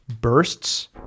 bursts